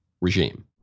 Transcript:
regime